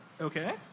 Okay